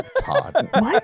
Todd